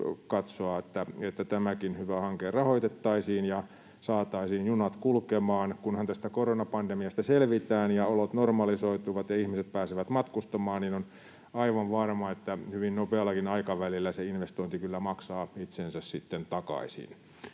että tämäkin hyvä hanke rahoitettaisiin ja saataisiin junat kulkemaan. Kunhan tästä koronapandemiasta selvitään ja olot normalisoituvat ja ihmiset pääsevät matkustamaan, on aivan varma, että hyvin nopeallakin aikavälillä se investointi kyllä maksaa itsensä sitten takaisin.